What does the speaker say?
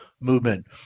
movement